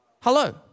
Hello